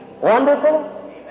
wonderful